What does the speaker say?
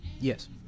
Yes